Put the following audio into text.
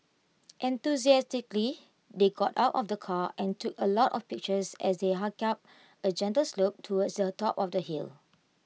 enthusiastically they got out of the car and took A lot of pictures as they hiked up A gentle slope towards the top of the hill